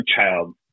child